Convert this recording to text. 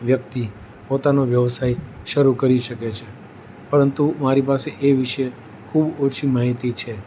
વ્યક્તિ પોતાનો વ્યવસાય શરૂ કરી શકે છે પરંતુ મારી પાસે એ વિશે ખૂબ ઓછી માહિતી છે